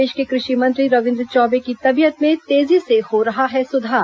प्रदेश के कृषि मंत्री रविन्द्र चौबे की तबीयत में तेजी से हो रहा है सुधार